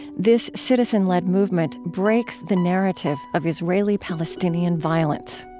this citizen-led movement breaks the narrative of israeli-palestinian violence